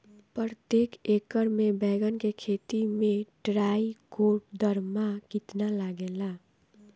प्रतेक एकर मे बैगन के खेती मे ट्राईकोद्रमा कितना लागेला?